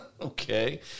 Okay